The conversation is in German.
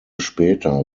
später